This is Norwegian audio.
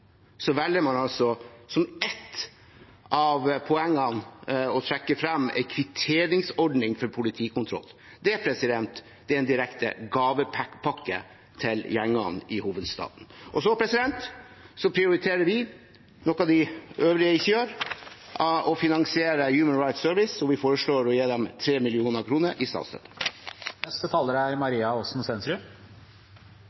velger man å trekke frem, som ett av poengene, en kvitteringsordning for politikontroll. Det er en direkte gavepakke til gjengene i hovedstaden. Vi prioriterer også noe som de øvrige partiene ikke gjør, å finansiere Human Rights Service. Vi foreslår å gi dem 3 mill. kr i statsstøtte.